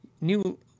new